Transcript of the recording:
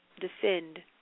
defend